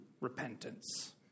repentance